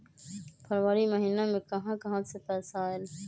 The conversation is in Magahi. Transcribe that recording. फरवरी महिना मे कहा कहा से पैसा आएल?